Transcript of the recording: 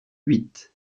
huit